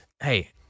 Hey